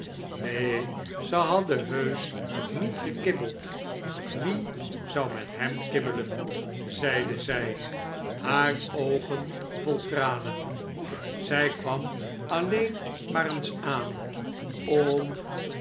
nee ze hadden heusch niet gekibbeld wie zou met hem kibbelen zeide zij haar oogen vol tranen zij kwam alleen maar eens aan om